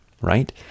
right